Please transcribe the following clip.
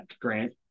Grant